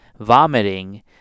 vomiting